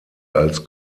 als